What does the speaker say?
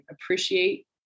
appreciate